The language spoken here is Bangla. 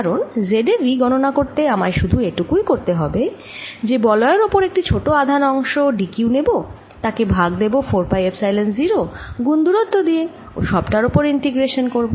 কারণ z এ V গণনা করতে আমায় সুধু এটুকুই করতে হবে যে বলয়ের ওপর একটি ছোট আধান অংশ d q নেব তাকে ভাগ দেব 4 পাই এপসাইলন 0 গুন দূরত্ব দিয়ে ও সবটার ওপর ইন্টিগ্রেশান করব